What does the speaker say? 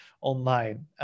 online